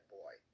boy